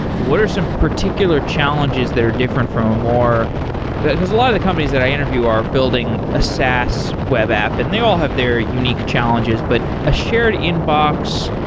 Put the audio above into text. what are some particular challenges that are different from a more because a lot of the companies that i interview are building a saas web app and they all have their unique challenges, but a shared inbox,